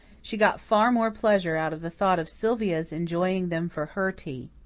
she got far more pleasure out of the thought of sylvia's enjoying them for her tea.